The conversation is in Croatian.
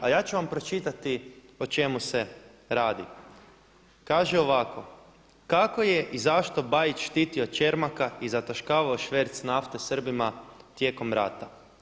A ja ću vam pročitati o čemu se radi, kaže ovako „Kako je i zašto Bajić štitio Čermaka i zataškavao šverc nafte Srbima tijekom rata.